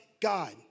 God